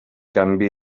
canvi